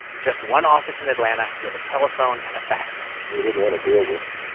just one office in atlanta with a telephone and a fax number we didn't want to deal with